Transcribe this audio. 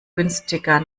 günstiger